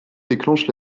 déclenche